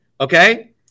Okay